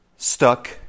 Stuck